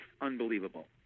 unbelievable